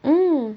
mm